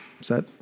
set